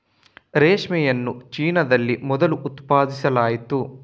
ರೇಷ್ಮೆಯನ್ನು ಚೀನಾದಲ್ಲಿ ಮೊದಲು ಉತ್ಪಾದಿಸಲಾಯಿತು